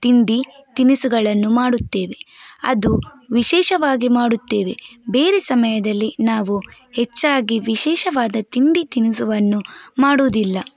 ತಿಂಡಿ ತಿನಿಸುಗಳನ್ನು ಮಾಡುತ್ತೇವೆ ಅದು ವಿಶೇಷವಾಗಿ ಮಾಡುತ್ತೇವೆ ಬೇರೆ ಸಮಯದಲ್ಲಿ ನಾವು ಹೆಚ್ಚಾಗಿ ವಿಶೇಷವಾದ ತಿಂಡಿ ತಿನಿಸುವನ್ನು ಮಾಡೋದಿಲ್ಲ